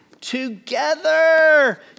together